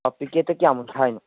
ꯄꯤꯀꯦꯠꯇ ꯀꯌꯥꯃꯨꯛ ꯊꯥꯏꯅꯣ